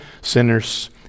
sinners